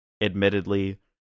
admittedly